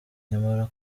nyamara